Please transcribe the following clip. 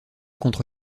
contre